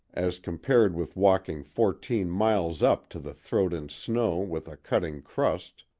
as compared with walking fourteen miles up to the throat in snow with a cutting crust,